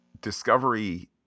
discovery